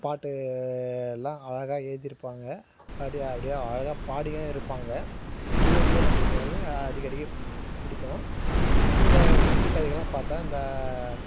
பாட்டெல்லாம் அழகாக எழுதியிருப்பாங்க பாடி அப்படியே அழகாக பாடியும் இருப்பாங்க இது வந்து நம்மளுக்கு வந்து அடிக்கடிக்குப் பிடிக்கும் இந்தக் குட்டி கதைகளெல்லாம் பார்த்தா இந்த